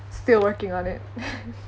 still working on it